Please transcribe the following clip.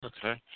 Okay